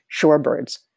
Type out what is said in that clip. shorebirds